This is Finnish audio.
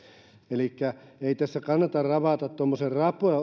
elikkä ei tässä kannata ravata tuommoisen